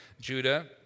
Judah